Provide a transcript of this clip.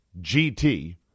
GT